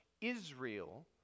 Israel